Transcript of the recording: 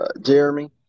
Jeremy